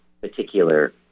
particular